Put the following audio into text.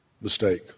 mistake